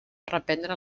reprendre